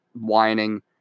whining